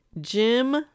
Jim